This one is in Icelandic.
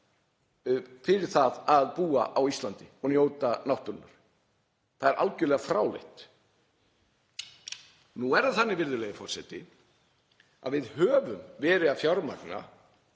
fyrir það að búa á Íslandi og njóta náttúrunnar. Það er algjörlega fráleitt, virðulegi forseti. Við höfum verið að fjármagna,